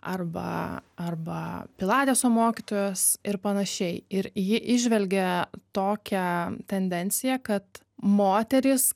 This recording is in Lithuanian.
arba arba pilateso mokytojos ir panašiai ir ji įžvelgia tokią tendenciją kad moterys